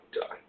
done